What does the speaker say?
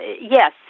yes